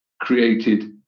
created